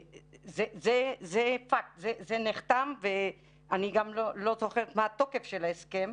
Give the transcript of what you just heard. זה נחתם ואני גם לא זוכרת מה התוקף של ההסכם.